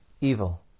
evil